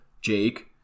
jake